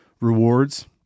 rewards